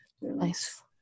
Nice